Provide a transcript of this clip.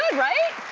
right?